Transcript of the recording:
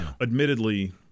admittedly